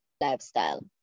lifestyle